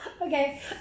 Okay